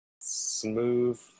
smooth